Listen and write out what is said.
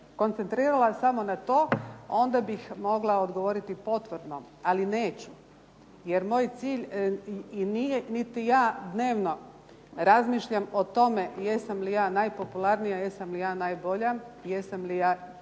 koncentrirala samo na to onda bih mogla odgovoriti potvrdno ali neću. Jer moj cilj i nije niti ja dnevno razmišljam o tome jesam li ja najpopularnija, jesam li ja najbolja, jesam li ja